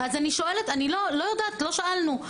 לא שאלנו.